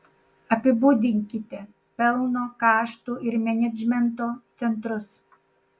apibūdinkite pelno kaštų ir menedžmento centrus